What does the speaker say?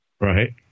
Right